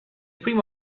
primo